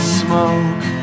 smoke